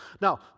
Now